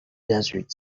desert